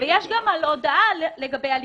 ויש גם על הודעה לגבי הליקויים.